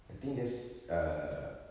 I think just err